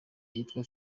yitwa